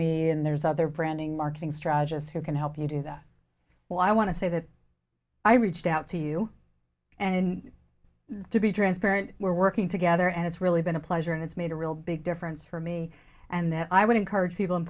me and there's other branding marketing strategists who can help you do that well i want to say that i reached out to you and to be transparent we're working together and it's really been a pleasure and it's made a real big difference for me and that i would encourage people and